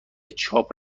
چاپ